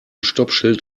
stoppschild